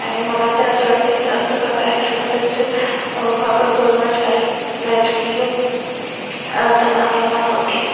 आणि मला तर असं वाटते की जास्त प्रकारे धर्माचाच वापर करूनच राज राजकीय तणाव निर्माण होते